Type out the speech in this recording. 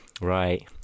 right